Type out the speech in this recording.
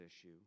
issue